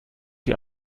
die